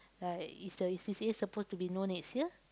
like is the is C_C_A supposed to be known next year